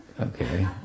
Okay